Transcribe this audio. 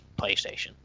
PlayStation